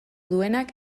duenak